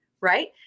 right